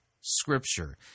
scripture